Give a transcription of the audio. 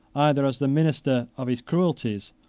either as the minister of his cruelties,